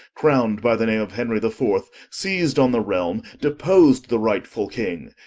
crown'd by the name of henry the fourth, seiz'd on the realme, depos'd the rightfull king,